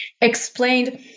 explained